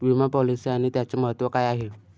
विमा पॉलिसी आणि त्याचे महत्व काय आहे?